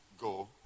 go